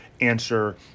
answer